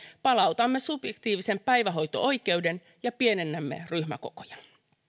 palautamme vaihtoehtobudjetissamme subjektiivisen päivähoito oikeuden ja pienennämme ryhmäkokoja